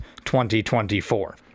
2024